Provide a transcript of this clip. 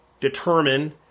determine